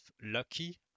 Lucky